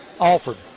Alford